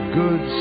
good